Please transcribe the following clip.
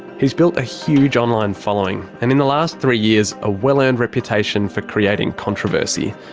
he's built a huge online following and in the last three years, a well-earned reputation for creating controversy.